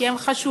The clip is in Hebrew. כי הם חשובים.